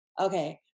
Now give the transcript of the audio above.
okay